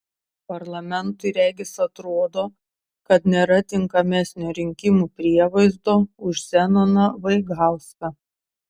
parlamentui regis atrodo kad nėra tinkamesnio rinkimų prievaizdo už zenoną vaigauską